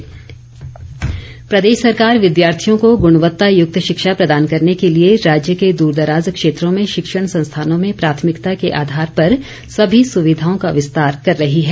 गोविंद सिंह प्रदेश सरकार विद्यार्थियों को गुणवत्ता युक्त शिक्षा प्रदान करने के लिए राज्य के दूरदराज क्षेत्रों में शिक्षण संस्थानों में प्राथमिकता के आधार पर सभी सुविधाओं का विस्तार कर रही है